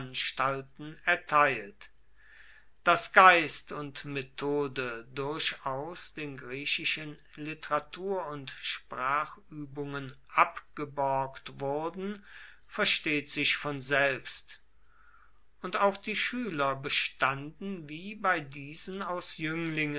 anstalten erteilt daß geist und methode durchaus den griechischen literatur und sprachübungen abgeborgt wurden versteht sich von selbst und auch die schüler bestanden wie bei diesen aus jünglingen